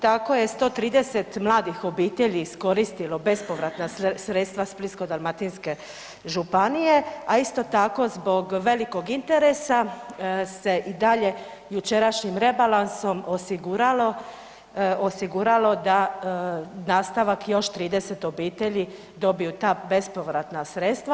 Tako je 130 mladih obitelji iskoristilo bespovratna sredstva Splitsko-dalmatinske županije, a isto tako zbog velikog interesa se i dalje jučerašnjim rebalansom osiguralo da nastavak još 30 obitelji dobiju ta bespovratna sredstva.